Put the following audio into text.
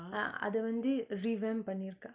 ah அதுவந்து:athuvanthu revamp பன்னிருக்கா:panniruka